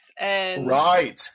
Right